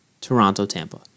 Toronto-Tampa